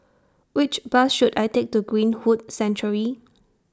Which Bus should I Take to Greenwood Sanctuary